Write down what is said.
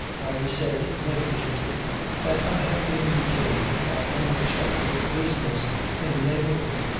i said negligently that i had been detained by unexpected business in the neighbourhood,